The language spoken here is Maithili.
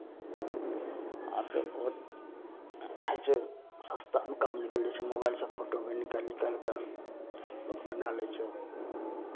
आब तऽ बहुत छै छै सस्तामे काम निकलि जाइ छै मोबाइलसँ फोटो भी निकालि निकालि कऽ लोक बनाए लै छै